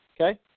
Okay